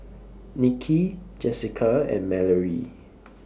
Niki Jessica and Mallorie